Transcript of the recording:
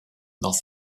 dans